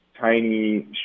tiny